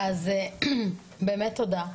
באמת תודה.